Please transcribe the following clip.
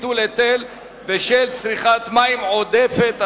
ביטול היטל בשל צריכת מים עודפת),